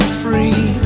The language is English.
free